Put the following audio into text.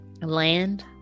Land